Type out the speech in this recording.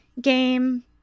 game